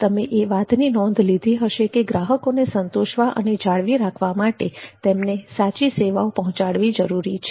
તમે એ વાતની નોંધ લીધી હશે કે ગ્રાહકોને સંતોષવા અને જાળવી રાખવા માટે તેમને સાચી સેવાઓ પહોચાડવી જરૂરી છે